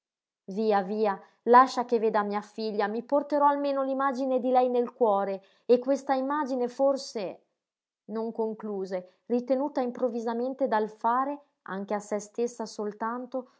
via via lascia che veda mia figlia mi porterò almeno l'imagine di lei nel cuore e questa imagine forse non concluse ritenuta improvvisamente dal fare anche a se stessa soltanto